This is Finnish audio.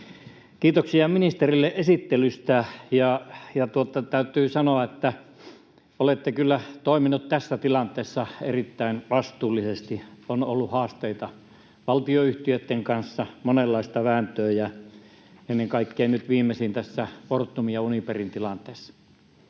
Kiitoksia ministerille esittelystä. Täytyy sanoa, että olette kyllä toiminut tässä tilanteessa erittäin vastuullisesti. On ollut haasteita valtionyhtiöitten kanssa, monenlaista vääntöä, ja ennen kaikkea nyt viimeisimpänä tässä Fortumin ja Uniperin tilanteessa.